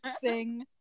sing